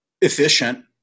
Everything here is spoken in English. efficient